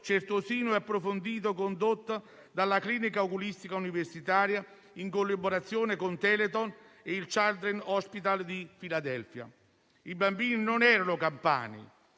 certosino e approfondito condotto dalla clinica oculistica universitaria in collaborazione con Telethon e il Children's Hospital di Philadelphia. I bambini non erano campani